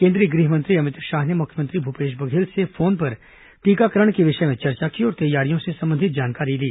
केंद्रीय गृह मंत्री अमित शाह ने मुख्यमंत्री भूपेश बघेल से फोन पर टीकाकरण के विषय में चर्चा की और तैयारियों से संबंधित जानकारी ली